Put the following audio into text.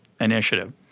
initiative